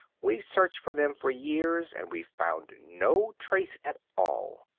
we've searched for them for years and we've found no trace at all.